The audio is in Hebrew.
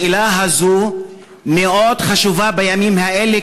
השאלה הזאת מאוד חשובה בימים האלה,